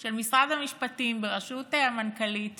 של משרד המשפטים בראשות המנכ"לית